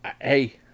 Hey